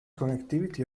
connectivity